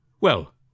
Well